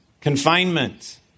confinement